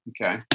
Okay